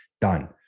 done